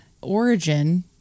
origin